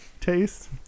taste